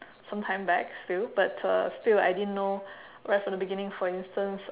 sometime back still but uh still I didn't know right from the beginning for instance